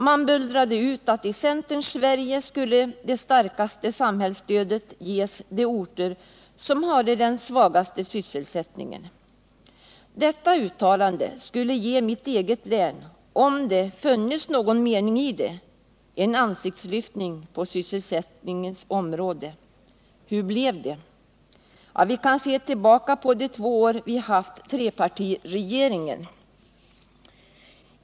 Man bullrade ut att i centerns Sverige skulle det starkaste samhällsstödet ge de orter som hade den svagaste sysselsättningen. Åtgärder enligt detta uttalande skulle — om det hade funnits någon mening i det — ha gett mitt eget län en ansiktslyftning på sysselsättningens område. Men hur blev det? Vi kan se tillbaka på de två år vi hade trepartiregeringen.